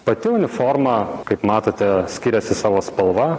pati uniforma kaip matote skiriasi savo spalva